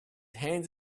hands